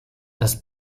das